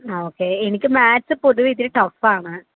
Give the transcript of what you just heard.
ആ ഓക്കേ എനിക്ക് മാത്സ് പൊതുവേ ഇത്തിരി ടഫാണ്